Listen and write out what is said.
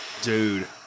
Dude